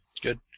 Good